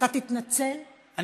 אתה תתנצל בפני יושב-ראש,